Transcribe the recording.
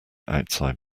outside